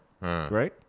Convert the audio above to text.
right